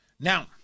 Now